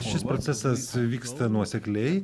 šis procesas vyksta nuosekliai